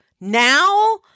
now